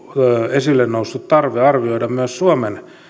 esille noussut tarve arvioida myös suomen